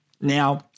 Now